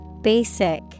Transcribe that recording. Basic